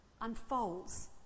unfolds